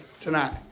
tonight